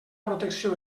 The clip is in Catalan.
protecció